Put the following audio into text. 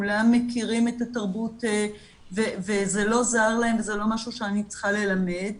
כולם מכירים את התרבות וזה לא זר להם וזה לא משהו שאני צריכה ללמד,